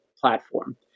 platform